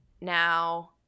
now